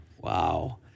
Wow